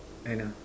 Anna